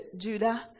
Judah